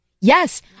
Yes